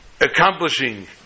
accomplishing